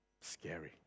scary